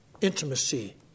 intimacy